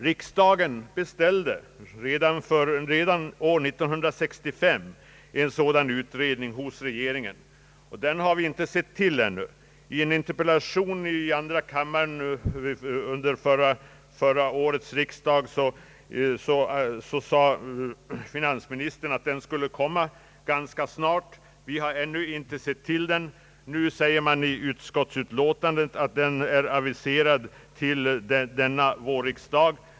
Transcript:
Redan år 19653 beställde riksdagen en sådan utredning hos regeringen. Den utredningen har vi ännu inte sett till. I ett interpellationssvar i andra kammaren under fjolårets riksdag förklarade finansministern att utredningen skulle tillsättas ganska snart. Men vi har ännu inte sett till den, och nu har man i utskottsutlåtandet aviserat den till innevarande vårriksdag.